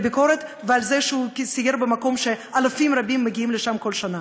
ביקרות ועל זה שהוא סייר במקום שאלפים רבים מגיעים לשם כל שנה.